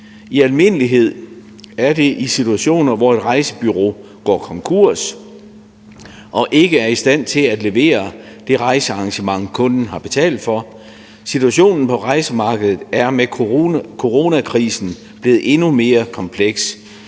I almindelighed er det i situationer, hvor et rejsebureau går konkurs og ikke er i stand til at levere det rejsearrangement, kunden har betalt for. Situationen på rejsemarkedet er med coronakrisen blevet endnu mere kompleks.